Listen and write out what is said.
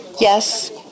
Yes